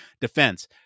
defense